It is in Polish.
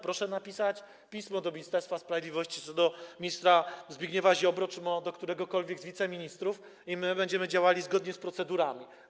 Proszę napisać pismo do Ministerstwa Sprawiedliwości, do ministra Zbigniewa Ziobry czy do któregokolwiek z wiceministrów, i będziemy działali zgodnie z procedurami.